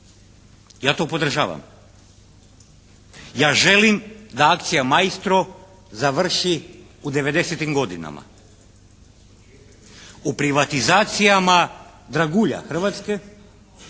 Ja to podržavam. Ja želim da akcija "Maestro" završi u 90-tim godinama, u privatizacijama dragulja Hrvatske